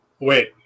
wait